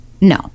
No